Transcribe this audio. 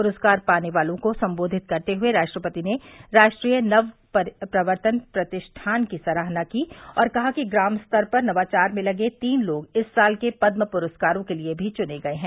पुरस्कार पाने वालों को संबोधित करते हुए राष्ट्रपति ने राष्ट्रीय नव प्रवर्तन प्रतिष्ठान की सराहना की और कहा कि ग्राम स्तर पर नवाचार में लगे तीन लोग इस साल के पद्म पुरस्कारों के लिए भी चुने गये हैं